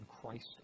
Christ